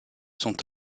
sont